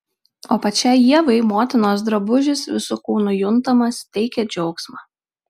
o pačiai ievai motinos drabužis visu kūnu juntamas teikė džiaugsmą